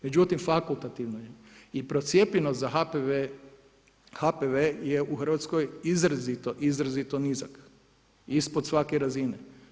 Međutim, fakultativno je i procijepljenost za HPV-e je u Hrvatskoj izrazito, izrazito nizak, ispod svake razine.